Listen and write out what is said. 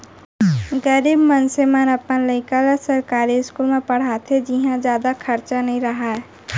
गरीब मनसे मन अपन लइका ल सरकारी इस्कूल म पड़हाथे जिंहा जादा खरचा नइ रहय